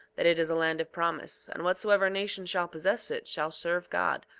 that it is a land of promise and whatsoever nation shall possess it shall serve god,